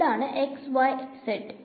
ഇതാണ് x y z